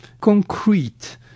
concrete